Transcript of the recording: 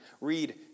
Read